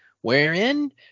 wherein